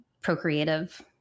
procreative